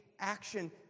action